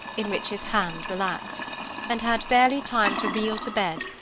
in which his hand relaxed and had barely time to reel to bed,